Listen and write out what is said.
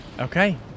Okay